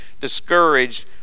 discouraged